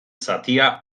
zatia